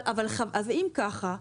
אם כך,